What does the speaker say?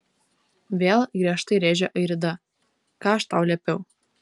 vėl griežtai rėžė airida ką aš tau liepiau